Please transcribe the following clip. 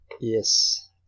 Yes